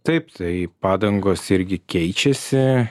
taip tai padangos irgi keičiasi